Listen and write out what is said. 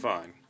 Fine